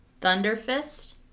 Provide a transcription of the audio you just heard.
Thunderfist